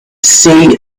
see